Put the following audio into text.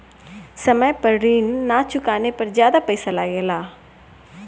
समय पर ऋण ना चुकाने पर ज्यादा पईसा लगेला?